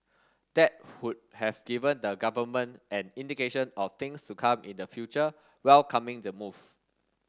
that would have given the government an indication of things to come in the future welcoming the move